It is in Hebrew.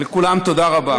לכולם, תודה רבה.